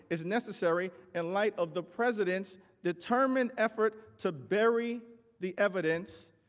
is necessary in light of the president determined effort to bury the evidence,